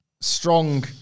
Strong